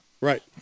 Right